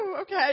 Okay